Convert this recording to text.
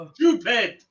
Stupid